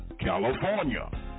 California